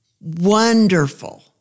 wonderful